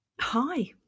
hi